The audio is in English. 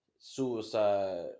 Suicide